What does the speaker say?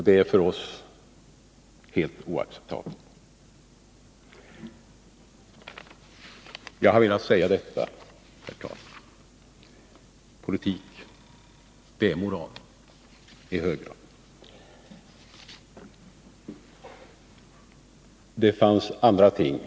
Det är för oss helt oacceptabelt! Jag har velat säga detta, herr talman: Politik handlar i hög grad om moral.